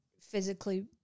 physically